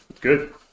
good